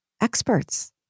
experts